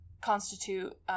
constitute